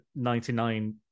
99